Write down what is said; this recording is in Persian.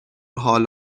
حال